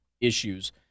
issues